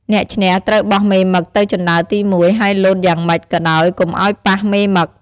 អ្នកឈ្នះត្រូវបោះមេមឹកទៅជណ្តើរទី១ហើយលោតយ៉ាងមិចក៏ដោយកុំឲ្យប៉ះមេមឹក។